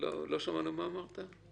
לא שמענו מה אמרת.